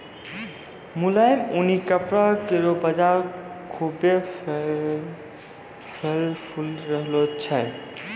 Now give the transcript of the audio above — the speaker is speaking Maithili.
मुलायम ऊनी कपड़ा केरो बाजार खुभ्भे फलय फूली रहलो छै